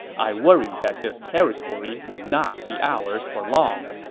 i worry that this territory would not be ours for long.